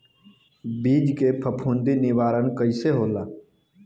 बीज के फफूंदी निवारण कईसे होला?